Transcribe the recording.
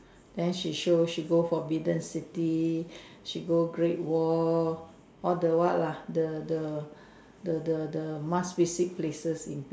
then she show she go forbidden city she go great wall all the what lah the the the the the must visit places in